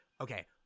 okay